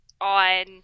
on